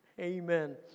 Amen